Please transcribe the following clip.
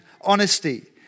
honesty